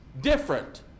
different